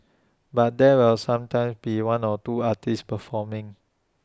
but there will sometimes be one or two artists performing